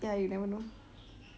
ya you never know